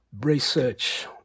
research